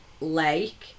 Lake